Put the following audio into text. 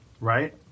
Right